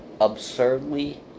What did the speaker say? absurdly